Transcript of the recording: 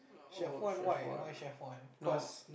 chef one why why chef one cause